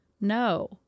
No